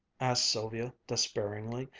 asked sylvia despairingly,